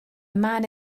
man